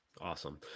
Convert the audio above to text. awesome